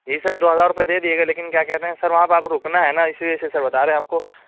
جی sir دو ہزار روپئے دے دیجیے گا لیکن کیا کہتے ہیں سر وہاں پہ آپ رکنا ہے نا اسی وجہ سے بتا رہے ہیں آپ کو